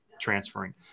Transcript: transferring